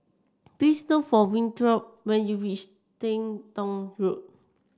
please look for Winthrop when you reach Ting Tong Road